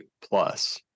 plus